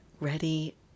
Ready